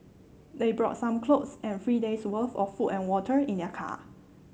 they brought some clothes and three days' worth of food and water in their car